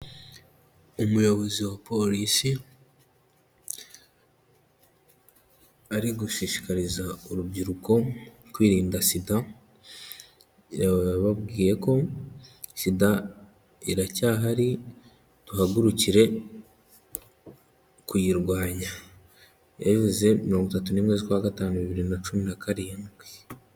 Umuyobozi wa polisi, ari gushishikariza urubyiruko kwirinda sida, yababwiye ko sida iracyahari, duhagurukire kuyirwanya. Yabivuze mirongo itatu n'imwe z'ukwa gatanu bibiri na cumi na karindwi.